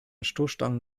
stoßstangen